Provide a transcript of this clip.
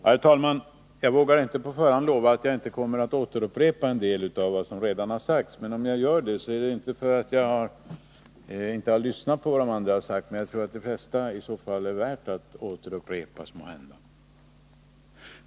Herr talman! Jag vågar inte på förhand lova att jag inte kommer att upprepa en del av vad som redan har sagts. Om jag gör det beror det inte på att jag inte lyssnat på vad de andra talarna har sagt utan på att det mesta är värt att återupprepas.